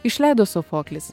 išleido sofoklis